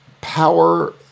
power